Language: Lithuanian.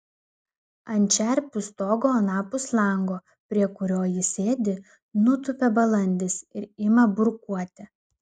ant čerpių stogo anapus lango prie kurio ji sėdi nutūpia balandis ir ima burkuoti